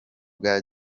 bwa